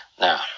Now